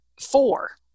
four